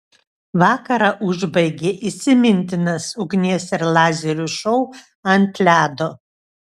vakarą užbaigė įsimintinas ugnies ir lazerių šou ant ledo